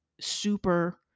super